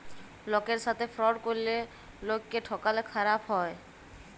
লকের সাথে ফ্রড ক্যরলে লকক্যে ঠকালে খারাপ হ্যায়